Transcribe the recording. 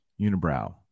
Unibrow